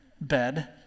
bed